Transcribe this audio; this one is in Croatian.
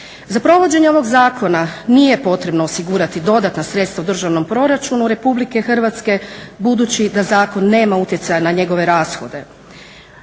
Za provođenje ovog zakona nije potrebno osigurati dodatna sredstva u državnom proračunu RH budući da zakon nema utjecaja na njegove rashode.